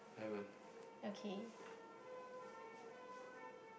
okay